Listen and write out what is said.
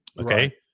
okay